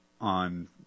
on